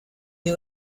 you